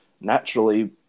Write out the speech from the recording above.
naturally